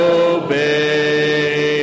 obey